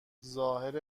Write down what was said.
ظاهر